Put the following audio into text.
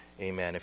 amen